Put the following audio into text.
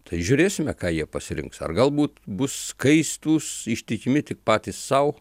tai žiūrėsime ką jie pasirinks ar galbūt bus skaistūs ištikimi tik patys sau